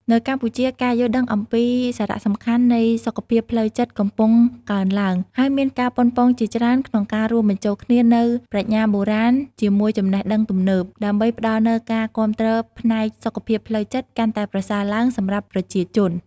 នៅកម្ពុជា ការយល់ដឹងអំពីសារៈសំខាន់នៃសុខភាពផ្លូវចិត្តកំពុងកើនឡើង ហើយមានការប៉ុនប៉ងជាច្រើនក្នុងការរួមបញ្ចូលគ្នានូវប្រាជ្ញាបុរាណជាមួយចំណេះដឹងទំនើប ដើម្បីផ្តល់នូវការគាំទ្រផ្នែកសុខភាពផ្លូវចិត្តកាន់តែប្រសើរឡើងសម្រាប់ប្រជាជន។